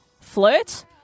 Flirt